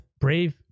brave